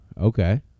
Okay